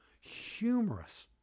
humorous